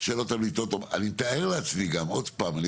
שאלות --- אני מתאר לעצמי עוד פעם,